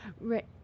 Right